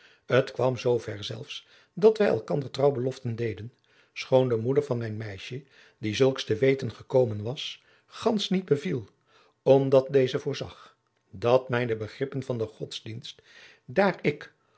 t kwam zoo ver zelfs dat wij elkander trouwbeloften deden schoon de moeder van mijn meisje die zulks te weten gekomen was gansch niet beviel omdat deze voorzag dat mijne begrippen van den godsdienst daar ik